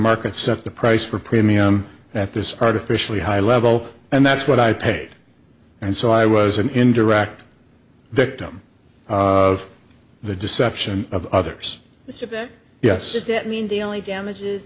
market set the price for premium at this artificially high level and that's what i paid and so i was an indirect victim of the deception of others yes it means the only damage